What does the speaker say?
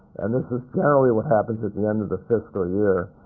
and this this generally what happens at the end of the fiscal year.